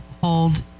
hold